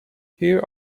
here